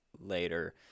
later